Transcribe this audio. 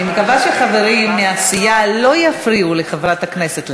אני מקווה שחברים מהסיעה לא יפריעו לחברת הכנסת לדבר,